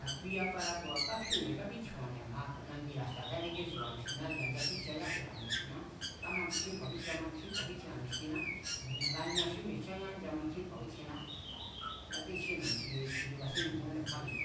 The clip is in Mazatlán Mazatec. a̱ kui aparatu̱ba̱ káfíu̱ne̱ kabítji̱o̱nne̱ a̱ma nangira̱ xta̱ kábíkétsu̱ba̱ ni̱xtiná, ya̱ nchatsíjcha yájura̱ ni̱xtiná, kámankjín kju̱a̱b, nchamankjín kju̱a̱bíntjienra̱ ni̱xtiná ku̱ ni̱a̱ nga ña xí mi̱e̱jcháña nchamankjín kju̱a̱bíntsjienná, nátéchjínu̱ xi tibaséñujunjún nde̱kjúánbi̱.